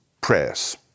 prayers